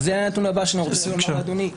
זה הנתון הבא שאני רוצה לומר לאדוני.